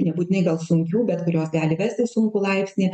nebūtinai gal sunkių bet kurios gali vesti sunkų laipsnį